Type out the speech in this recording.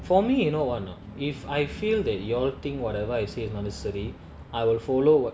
for me you know what or not if I feel that you all think whatever I say is not necessary I will follow up